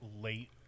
late